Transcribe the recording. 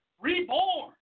reborn